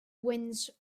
winds